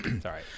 sorry